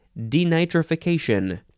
denitrification